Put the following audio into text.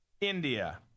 India